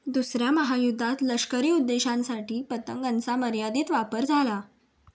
दुसऱ्या महायुद्धात लष्करी उद्देशांसाठी पतंगांचा मर्यादित वापर झाला